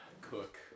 Cook